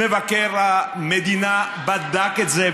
מבקר המדינה בדק את זה,